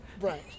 Right